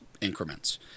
increments